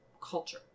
culture